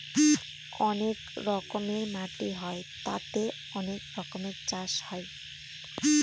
অনেক রকমের মাটি হয় তাতে অনেক রকমের চাষ হয়